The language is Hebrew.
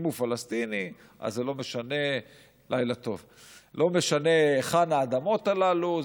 אם הוא פלסטיני זה לא משנה היכן האדמות הללו,